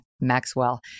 Maxwell